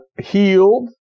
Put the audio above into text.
Healed